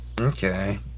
Okay